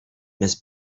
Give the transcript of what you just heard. miss